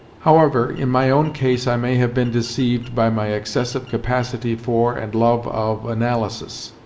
however, in my own case i may have been deceived by my excessive capacity for, and love of, analysis.